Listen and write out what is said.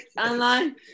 online